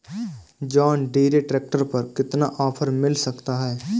John Deere tractor पर कितना offer मिल सकता है?